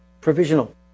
provisional